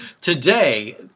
Today